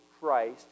Christ